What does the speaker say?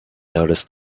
noticed